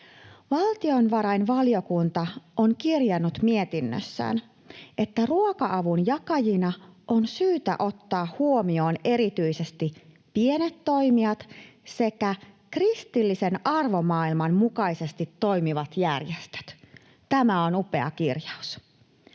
Valtiovarainvaliokunta on kirjannut mietinnössään, että ruoka-avun jakajina on syytä ottaa huomioon erityisesti pienet toimijat sekä kristillisen arvomaailman mukaisesti toimivat järjestöt — tämä on upea kirjaus.